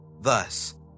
Thus